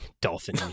Dolphin